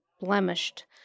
blemished